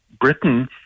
Britain